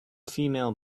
female